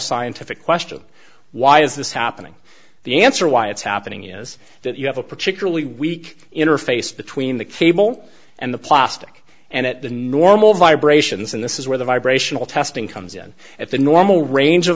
scientific question why is this happening the answer why it's happening is that you have a particularly weak interface between the cable and the plastic and it the normal vibrations and this is where the vibrational testing comes in at the normal range of